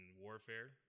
warfare